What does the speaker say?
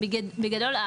בגדול,